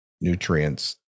nutrients